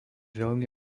veľmi